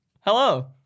Hello